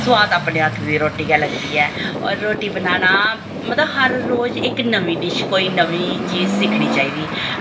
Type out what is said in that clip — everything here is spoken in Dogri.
सुआद अपने हत्थ दी रुट्टी गै लगदी ऐ और रुट्टी बनाना मतलब हर रोज इक नमीं डिश कोई नमीं चीज सिक्खनी चाहिदी